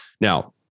Now